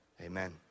amen